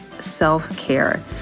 self-care